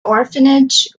orphanage